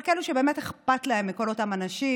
אבל כאלו שבאמת אכפת להם מכל אותם אנשים